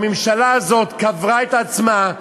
הממשלה הזאת קברה את עצמה,